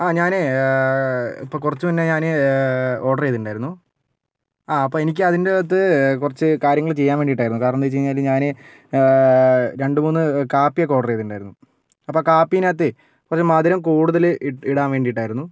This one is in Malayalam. ആ ഞാനേ ഇപ്പോൾ കുറച്ചു മുന്നേ ഞാനേ ഓഡറേയ്തിട്ടുണ്ടായിരുന്നു ആ അപ്പോൾ എനിക്ക് അതിൻ്റെ അകത്ത് കുറച്ച് കാര്യങ്ങൾ ചെയ്യാൻ വേണ്ടീട്ടായിരുന്നു കാരണം എന്താണ് വച്ച് കഴിഞ്ഞാൽ ഞാന് രണ്ടുമൂന്ന് കാപ്പിയൊക്കെ ഓർഡർ ചെയ്തിട്ടുണ്ടായിരുന്നു അപ്പോൾ കാപ്പിനകത്ത് കുറച്ച് മധുരം കൂടുതൽ ഇടാൻ വേണ്ടിട്ടായിരുന്നു